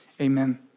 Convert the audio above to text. Amen